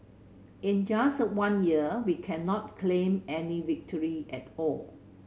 in just one year we cannot claim any victory at all